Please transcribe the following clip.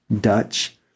Dutch